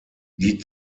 die